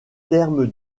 termes